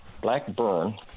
blackburn